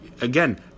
Again